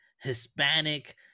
Hispanic